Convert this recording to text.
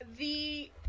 The-